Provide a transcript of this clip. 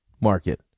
market